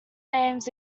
names